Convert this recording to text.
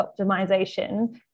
optimization